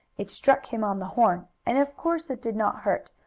it struck him on the horn, and of course it did not hurt,